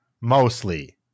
mostly